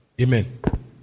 Amen